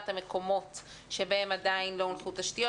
המקומות שבהם עדיין לא הונחו תשתיות.